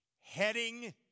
heading